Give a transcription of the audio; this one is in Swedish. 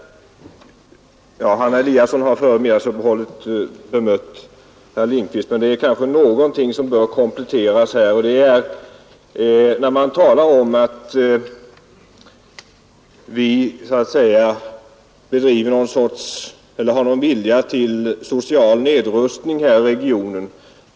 Anna Eliasson har före middagsuppehållet bemött herr Lindkvist på dessa områden, men det har tillkommit argument som behöver kommenteras här. Man talar om att vi skulle ha en vilja till social nedrustning i denna region.